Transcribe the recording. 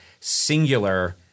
singular